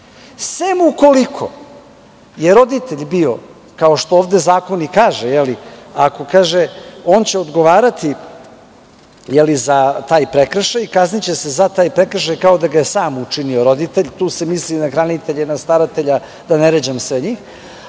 Ali, ukoliko je roditelj bio, kao što ovde zakon i kaže – on će odgovarati za taj prekršaj, kazniće se za taj prekršaj kao da ga je sam učinio, roditelj, tu se misli na hranitelje, staratelje, itd, ako je bio